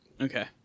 Okay